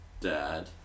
dad